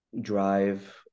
drive